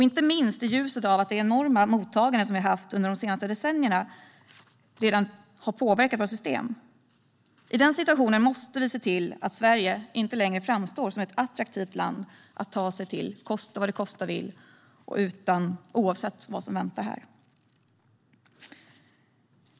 Inte minst i ljuset av att det enorma mottagande som vi har haft under de senaste decennierna redan har påverkat våra system måste vi se till att Sverige inte längre framstår som ett attraktivt land att ta sig till - kosta vad det kosta vill och oavsett vad som väntar här.